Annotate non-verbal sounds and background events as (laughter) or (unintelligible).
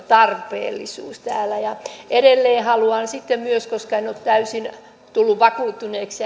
tarpeellisuus edelleen haluan sitten myös sanoa koska en ole täysin tullut vakuuttuneeksi (unintelligible)